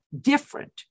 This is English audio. different